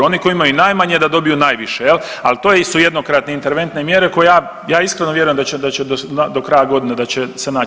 Oni koji imaju najmanje da dobiju najviše, ali to su jednokratne interventne mjere koje ja iskreno vjerujem da će do kraja godine da će se naći